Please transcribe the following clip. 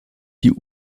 die